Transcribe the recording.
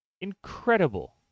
incredible